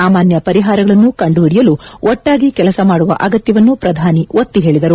ಸಾಮಾನ್ಯ ಪರಿಹಾರಗಳನ್ನು ಕಂಡುಹಿಡಿಯಲು ಒಟ್ಟಾಗಿ ಕೆಲಸ ಮಾಡುವ ಅಗತ್ಯವನ್ನು ಪ್ರಧಾನಿ ಒತ್ತಿ ಹೇಳಿದರು